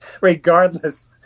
regardless